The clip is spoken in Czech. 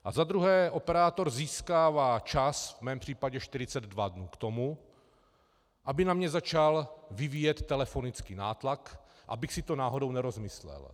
A za druhé operátor získává čas v mém případě 42 dnů, k tomu, aby na mě začal vyvíjet telefonický nátlak, abych si to náhodou nerozmyslel.